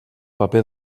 paper